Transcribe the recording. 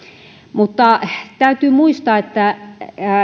mutta täytyy muistaa että